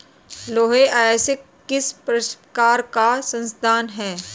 लौह अयस्क किस प्रकार का संसाधन है?